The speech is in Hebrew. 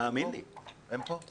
הם כאן.